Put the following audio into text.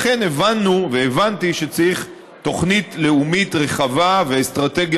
לכן הבנו והבנתי שצריך תוכנית לאומית רחבה ואסטרטגיה